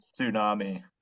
tsunami